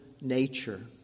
nature